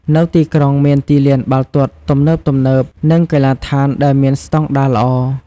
នៅទីក្រុងមានទីលានបាល់ទាត់ទំនើបៗ និងកីឡដ្ឋានដែលមានស្តង់ដារល្អ។